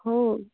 ହଉ